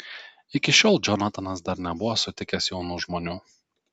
iki šiol džonatanas dar nebuvo sutikęs jaunų žmonių